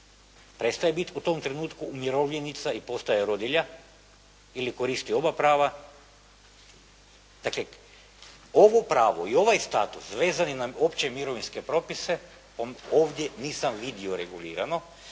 Prestaje biti u tom trenutku umirovljenica i postaje rodilja ili koristi oba prava? Dakle ovo pravo i ovaj status vezani na opće mirovinske propise ovdje nisam vidio regulirano,